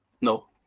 No